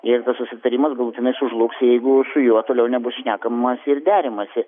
jeigu susitarimas galutinai sužlugs jeigu su juo toliau nebus šnekamasi ir deramasi